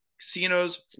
casinos